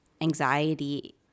anxiety